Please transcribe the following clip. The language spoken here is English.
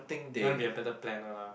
you want to be a better planner lah